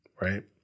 right